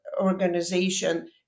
organization